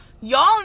Y'all